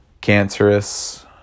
cancerous